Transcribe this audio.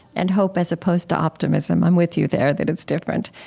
and hope as opposed to optimism, i'm with you there, that it's different,